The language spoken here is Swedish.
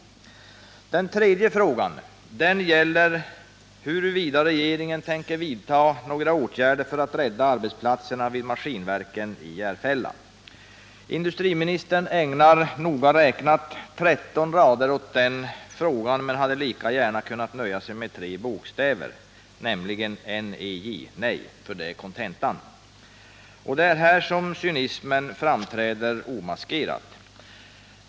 Den tredje frågan gällde huruvida regeringen tänker vidta några åtgärder för att rädda arbetsplatserna vid Maskinverken i Järfälla. Industriministern ägnar noga räknat 13 rader åt den frågan men hade lika gärna kunnat nöja sig med tre bokstäver, n-e-j, för det är kontentan i de 13 raderna. Och det är här som cynismen framträder omaskerad.